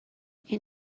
این